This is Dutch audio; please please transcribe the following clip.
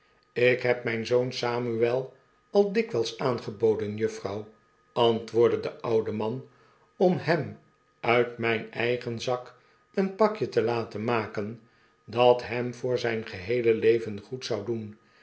lk heb mijn zoon samuel al dikwijls aangeboden juffrouw antwoordde de oude man om hem uit mijn eigen zak een pakje te laten maken dat hem voor zijn geheele levengoedzou doen